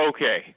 Okay